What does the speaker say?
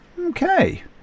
Okay